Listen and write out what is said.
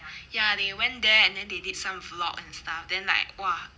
ya they went there and then they did some vlog and stuff then like !wah!